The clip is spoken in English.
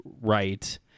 right